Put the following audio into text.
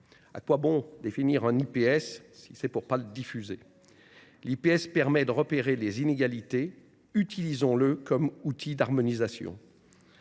À quoi bon calculer un IPS pour ne pas le diffuser ? L’IPS permet de repérer les inégalités : utilisons le comme outil d’harmonisation.